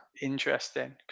Interesting